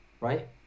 right